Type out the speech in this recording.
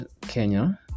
Kenya